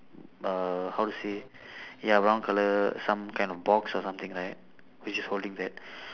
uh how to say ya brown colour some kind of box or something like that which is holding that